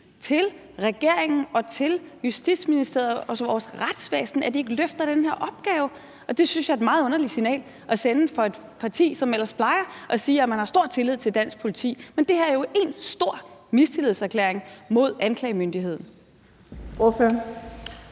til regeringen og til Justitsministeriet og vores retsvæsen ikke at tro, at de løfter den her opgave, og det synes jeg er et meget underligt signal at sende for et parti, som ellers plejer at sige, at man har stor tillid til dansk politi. Men det her er en stor mistillidserklæring til anklagemyndigheden.